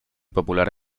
popular